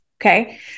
okay